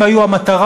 הם היו המטרה,